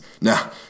Now